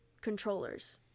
controllers